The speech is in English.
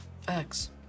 Facts